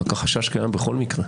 רק החשש קיים בכל מקרה.